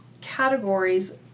categories